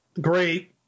Great